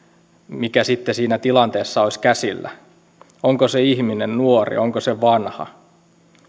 mikä sitten siinä tilanteessa olisi käsillä onko se ihminen nuori onko se vanha